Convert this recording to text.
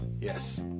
Yes